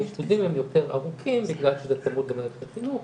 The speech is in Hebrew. האשפוזים הם יותר ארוכים בגלל שזה צמוד למערכת החינוך,